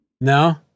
No